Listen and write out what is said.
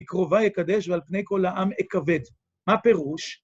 בקרובי אקדש ועל פני כל העם אכבד. מה פירוש?